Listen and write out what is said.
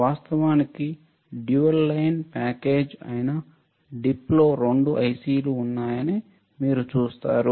వాస్తవానికి dual line package అయిన DIP లో 2 ఐసిలు ఉన్నాయని మీరు చూస్తారు